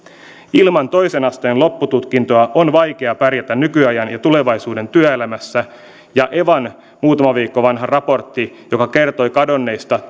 ilman toisen asteen loppututkintoa on vaikea pärjätä nykyajan ja tulevaisuuden työelämässä ja evan muutaman viikon vanha raportti joka kertoi kadonneista